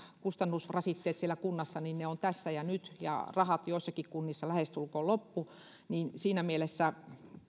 kustannusrasitteet siellä kunnassa ovat tässä ja nyt ja rahat joissakin kunnissa lähestulkoon loppu siinä mielessä